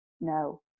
no